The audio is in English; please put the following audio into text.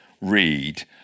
read